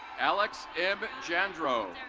alex m. djandro